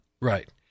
Right